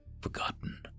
forgotten